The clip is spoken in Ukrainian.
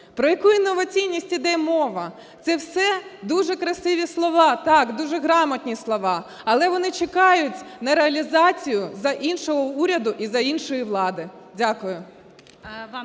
Про яку інноваційність іде мова? Це все дуже красиві слова, так, дуже грамотні слова, але вони чекають на реалізацію за іншого уряду і за іншої влади. Дякую.